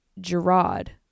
Gerard